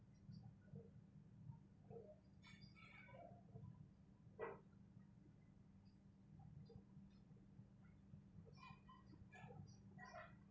like